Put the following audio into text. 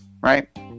right